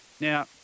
Now